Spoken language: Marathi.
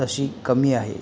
तशी कमी आहे